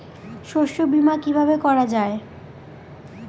শস্য বীমা কিভাবে করা যায়?